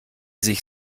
sich